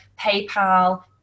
PayPal